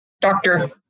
doctor